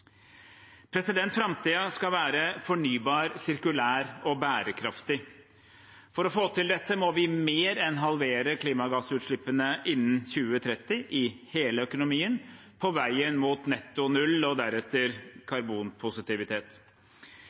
skal være fornybar, sirkulær og bærekraftig. For å få til dette må vi mer enn halvere klimagassutslippene innen 2030 i hele økonomien på veien mot netto null og deretter karbonpositivitet.